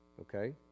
Okay